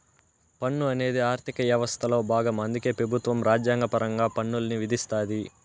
పన్ను అనేది ఆర్థిక యవస్థలో బాగం అందుకే పెబుత్వం రాజ్యాంగపరంగా పన్నుల్ని విధిస్తాది